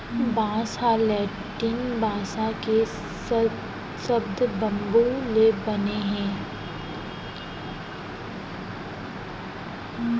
बांस ह लैटिन भासा के सब्द बंबू ले बने हे